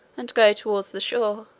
and go towards the shore,